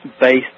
Based